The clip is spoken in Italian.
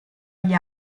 gli